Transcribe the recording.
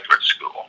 school